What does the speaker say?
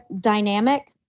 dynamic